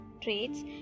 traits